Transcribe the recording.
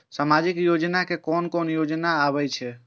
सामाजिक योजना में कोन कोन योजना आबै छै?